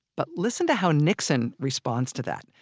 but listen to how nixon responds to that,